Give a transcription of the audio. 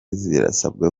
zirasabwa